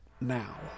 now